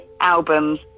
albums